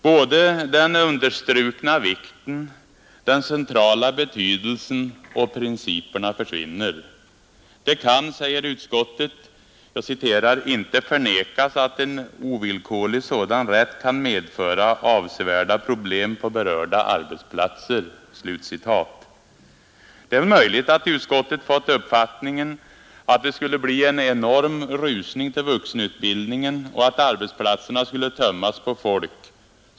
Både den understrukna vikten, den centrala betydelsen och principerna försvinner. Det kan, säger utskottet, inte förnekas att ”en ovillkorlig sådan rätt kan medföra avsevärda problem på berörda arbetsplatser.” Det är möjligt att utskottet fått uppfattningen att det skulle bli en enorm rusning till vuxenutbildningen och att arbetsplatserna skulle tömmas på folk.